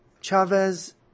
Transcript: Chavez